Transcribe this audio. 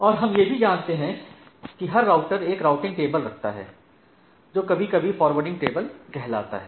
और हम यह भी जानते हैं कि हर राउटर एक राउटिंग टेबल रखता है जो कभी कभी फ़ॉरवर्डिंग टेबल कहलाता है